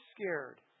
scared